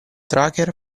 tracker